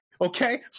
Okay